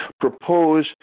propose